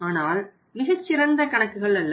ஆனால் மிகச் சிறந்த கணக்குகள் அல்ல